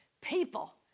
people